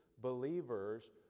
believers